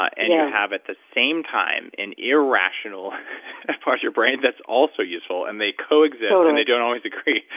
and you have at the same time an irrational part of your brain that's also useful and they coexist and they don't always agree,